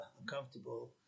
uncomfortable